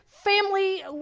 Family